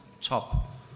top